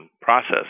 process